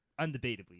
undebatably